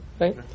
right